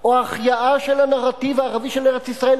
או החייאה של הנרטיב הערבי של ארץ-ישראל